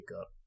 up